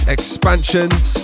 Expansions